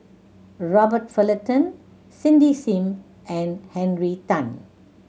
Robert Fullerton Cindy Sim and Henry Tan